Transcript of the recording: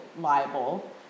liable